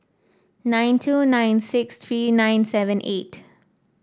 nine two nine six three nine seven eight